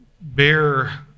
bear